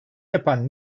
yapan